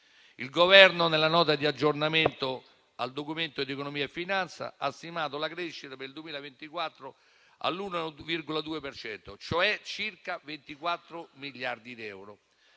Il Governo nella Nota di aggiornamento al Documento di economia e finanza ha stimato la crescita per il 2024 all'1,2 per cento, cioè circa 24 miliardi di euro.